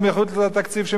על זה צריך להילחם.